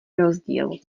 rozdíl